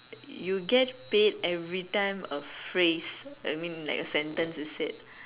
you get paid everytime a phrase I mean like a sentence is said